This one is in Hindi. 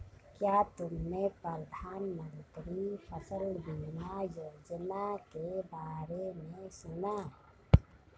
क्या तुमने प्रधानमंत्री फसल बीमा योजना के बारे में सुना?